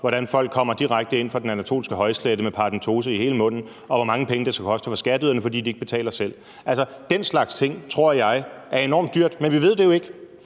hvordan folk kommer direkte ind fra den anatolske højslette med paradentose i hele munden, og hvor mange penge det koster for skatteyderne, fordi de ikke betaler selv. Den slags ting tror jeg er enormt dyrt, men vi ved det jo ikke,